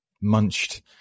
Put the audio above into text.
munched